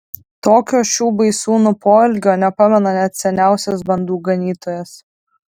tokio šių baisūnų poelgio nepamena net seniausias bandų ganytojas